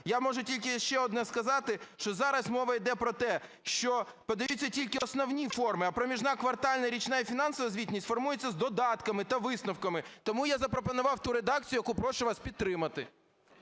Я можу тільки ще одне сказати, що зараз мова йде про те, що подивіться тільки основні форми, а проміжна квартальна, річна і фінансова звітність формується з додатками та висновками. Тому я запропонував ту редакцію, яку прошу вас підтримати.